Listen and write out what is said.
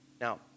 Now